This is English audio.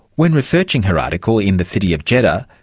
when researching her article in the city of jeddah,